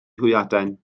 hwyaden